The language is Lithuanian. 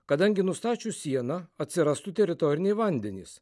kadangi nustačius sieną atsirastų teritoriniai vandenys